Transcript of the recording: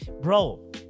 Bro